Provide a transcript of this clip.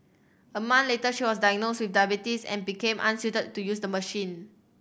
a month later she was diagnosed with diabetes and became unsuited to use the machine